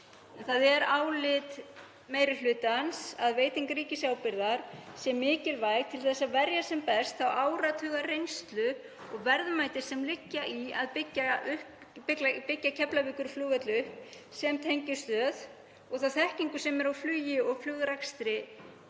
Það er álit meiri hlutans að veiting ríkisábyrgðar sé mikilvæg til að verja sem best þá áratuga reynslu og verðmæti sem liggja í að byggja Keflavíkurflugvöll upp sem tengimiðstöð og þá þekkingu sem er á flugi og flugrekstri